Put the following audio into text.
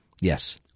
Yes